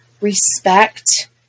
respect